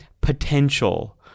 potential